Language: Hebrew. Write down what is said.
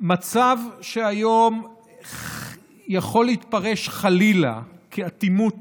המצב של היום יכול להתפרש, חלילה, כאטימות